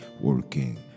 working